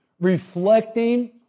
reflecting